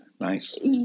Nice